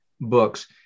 books